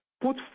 put